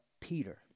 Peter